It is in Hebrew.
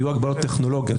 יהיו הגבלות טכנולוגיות,